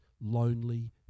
lonely